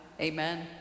Amen